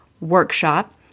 workshop